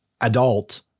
adult